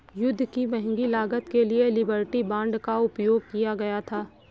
युद्ध की महंगी लागत के लिए लिबर्टी बांड का उपयोग किया गया था